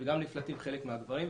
וגם נפלטים חלק מהגברים.